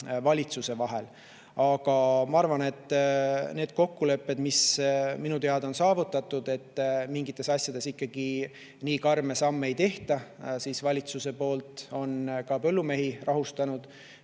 valitsuse vahel. Aga ma arvan, et need kokkulepped, mis minu teada on saavutatud, et mingites asjades ikkagi nii karme samme valitsus ei tee, on ka põllumehi rahustanud.